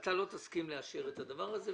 - אתה לא תסכים לאשר את הדבר הזה.